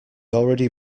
already